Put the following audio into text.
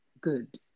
good